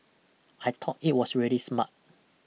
I thought it was really smart